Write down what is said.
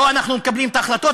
לא אנחנו מקבלים את ההחלטות,